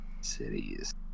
cities